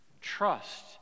trust